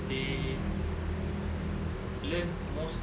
they learn more stuff